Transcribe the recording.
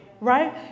Right